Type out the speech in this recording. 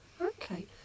Okay